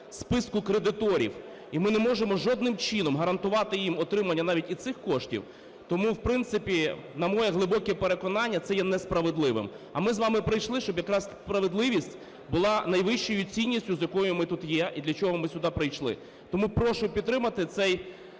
списку кредиторів, і ми не можемо жодним чином гарантувати їм отримання навіть і цих коштів, тому, в принципі, на моє глибоке переконання, це є несправедливим. А ми з вами прийшли, щоб якраз справедливість була найвищою цінністю, з якою ми тут є і для чого ми сюди прийшли. Тому прошу підтримати цей